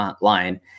line